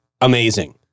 Amazing